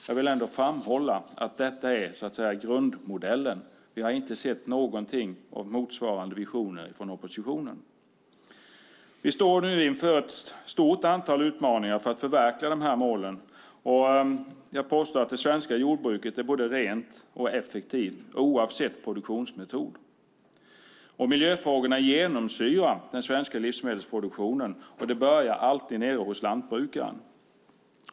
Jag vill framhålla att detta är grundmodellen. Vi har inte sett något av motsvarande vision från oppositionen. Vi står inför ett stort antal utmaningar för att förverkliga dessa mål. Jag påstår att det svenska jordbruket är både rent och effektivt oavsett produktionsmetod. Miljöfrågorna genomsyrar den svenska livsmedelsproduktionen, och det börjar alltid nere hos lantbrukaren.